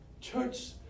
Church